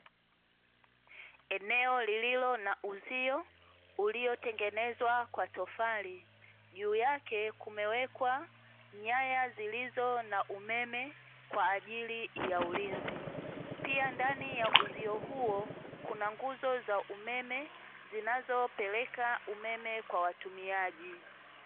Eneo lililo na uzio uliotengenezwa kwa tofali juu yake kumewekwa nyaya zilizo na umeme kwa ajili ya ulinzi, pia ndani ya uzio huo kuna nguzo za umeme zinazopeleka umeme kwa watumiaji.